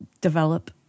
develop